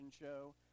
show